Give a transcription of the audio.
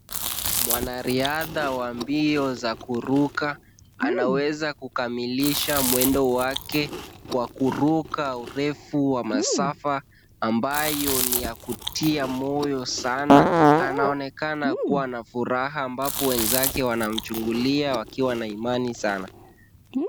Mwanariadha wa mbio za kuruka anaweza kukamilisha mwendo wake, kwa kuruka urefu wa masafa, ambayo ni ya kutia moyo sana. Anaonekana kuwa na furaha ambapo wenzake wanamchungulia wakiwa na imani sana.